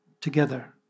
together